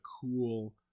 cool